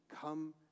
come